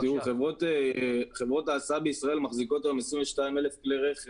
חברות ההסעה בישראל מחזיקות היום 22,000 כלי רכב